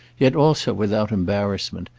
yet also without embarrassment,